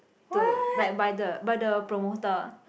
to like by the by the promoter